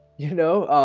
you know